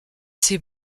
c’est